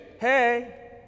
hey